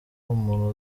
umuntu